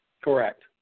Correct